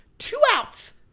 two outs!